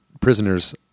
prisoners